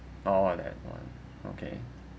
oh that [one] okay